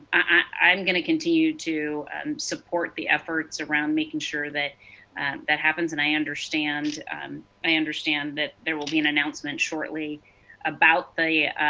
i'm going to continue to support the efforts around making sure that and that happens, and i understand i understand that there will be an announcement shortly about the